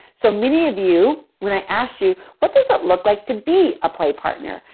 so, many of you, when i asked you, what does it look like to be a play partner?